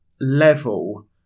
level